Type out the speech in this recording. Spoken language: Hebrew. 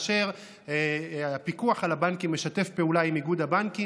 כאשר הפיקוח על הבנקים משתף פעולה עם איגוד הבנקים.